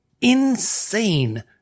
insane